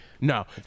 No